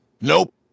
Nope